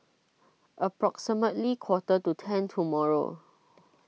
approximately quarter to ten tomorrow